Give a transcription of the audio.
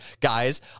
guys